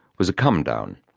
was a come-down.